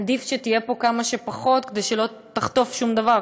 עדיף שתהיה פה כמה שפחות כדי שלא תחטוף שום דבר,